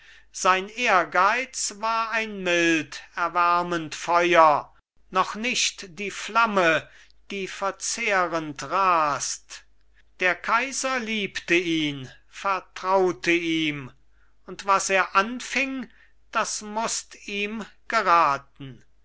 sein ehrgeiz war ein mild erwärmend feuer noch nicht die flamme die verzehrend rast der kaiser liebte ihn vertraute ihm und was er anfing das mußt ihm geraten